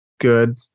good